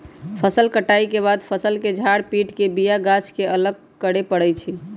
फसल कटाइ के बाद फ़सल के झार पिट के बिया गाछ के अलग करे परै छइ